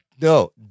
No